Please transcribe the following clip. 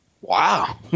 Wow